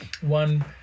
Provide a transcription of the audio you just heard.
one